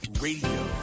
Radio